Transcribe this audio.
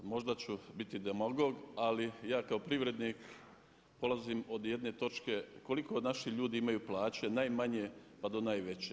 Možda ću biti demagog, ali ja kao privrednik polazim od jedne točke koliko naši ljudi imaju plaće od najmanje pa do najveće?